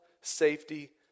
safety